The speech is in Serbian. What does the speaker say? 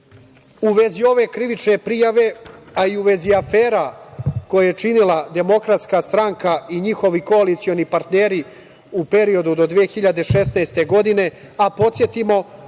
vezi ove krivične prijave, a i u vezi afera koje je činila DS i njihovi koalicioni partneri u periodu do 2016. godine, a podsetimo